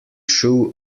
shoe